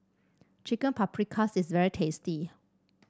Chicken Paprikas is very tasty